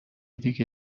دیگه